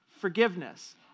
forgiveness